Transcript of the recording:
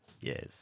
Yes